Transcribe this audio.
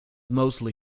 mostly